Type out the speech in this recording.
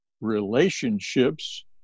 relationships